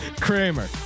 Kramer